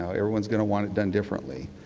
so everyone's going to want it done different. like